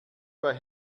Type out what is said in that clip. bei